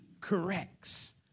corrects